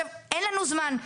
אין לנו זמן.